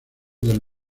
del